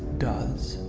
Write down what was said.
does,